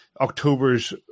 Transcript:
October's